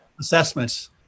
assessments